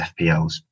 FPLs